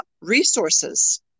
resources